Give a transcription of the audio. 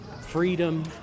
freedom